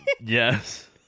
Yes